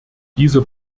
dieser